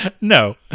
No